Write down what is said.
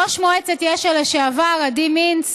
יושב-ראש מועצת יש"ע לשעבר עדי מינץ